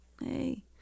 hey